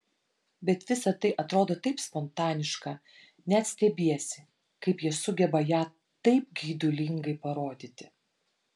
bet visa tai atrodo taip spontaniška net stebiesi kaip jie sugeba ją taip geidulingai parodyti